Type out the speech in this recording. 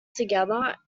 together